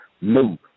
Move